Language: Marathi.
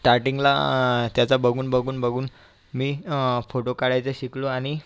स्टारटिंगला त्याचं बघून बघून बघून मी फोटो काढायचे शिकलो आणि